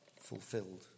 fulfilled